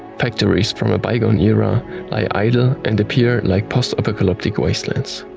factories from a bygone era lie idle and appear like post-apocalyptic wastelands.